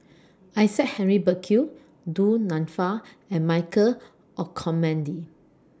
Isaac Henry Burkill Du Nanfa and Michael Olcomendy